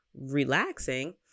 relaxing